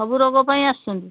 ସବୁ ରୋଗ ପାଇଁ ଆସୁଛନ୍ତି